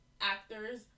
actors